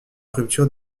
rupture